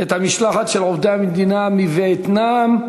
את המשלחת של עובדי המדינה מווייטנאם.